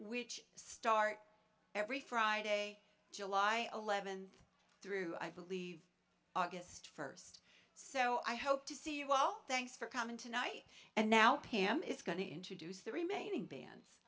which start every friday july eleventh through i believe august first so i hope to see you well thanks for coming tonight and now pam is going to introduce the remaining b